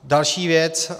Další věc.